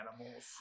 animals